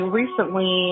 recently